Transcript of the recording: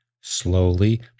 slowly